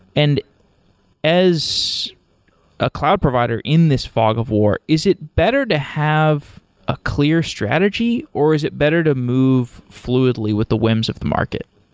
and as a cloud provider in this fog of war, is it better to have a clear strategy, or is it better to move fluidly with the whims of the market?